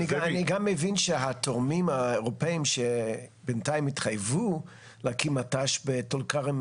אני גם מבין שהתורמים האירופאים שבינתיים התחייבו להקים מט"ש בטול כרם,